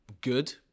good